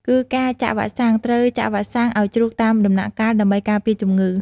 គីការចាក់វ៉ាក់សាំង ត្រូវចាក់វ៉ាក់សាំងឲ្យជ្រូកតាមដំណាក់កាលដើម្បីការពារជំងឺ។